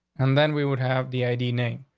and then we would have the id name.